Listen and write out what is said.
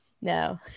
No